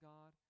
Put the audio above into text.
God